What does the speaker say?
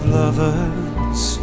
lovers